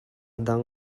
dang